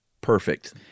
perfect